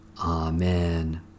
Amen